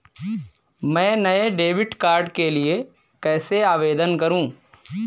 मैं नए debit card के लिए कैसे आवेदन करूं?